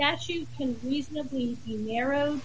that you can reasonably narrow